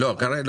להכניס.